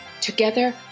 Together